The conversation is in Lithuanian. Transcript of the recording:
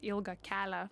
ilgą kelią